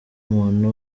umuntu